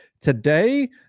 today